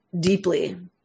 deeply